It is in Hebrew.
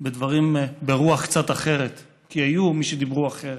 בדברים ברוח קצת אחרת, כי היו מי שדיברו אחרת.